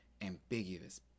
ambiguous